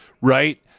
right